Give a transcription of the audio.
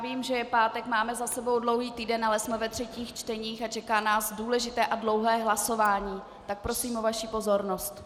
Vím, že je pátek, máme za sebou dlouhý týden, ale jsme ve třetích čteních a čeká nás důležité a dlouhé hlasování, tak prosím o vaši pozornost.